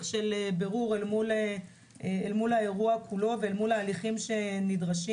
של בירור אל מול האירוע כולו ואל מול ההליכים שנדרשים.